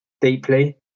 deeply